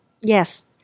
Yes